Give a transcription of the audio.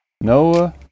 Noah